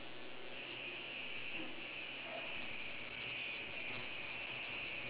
K if you could have any unusual superpower what would it be